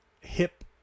hip